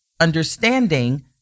understanding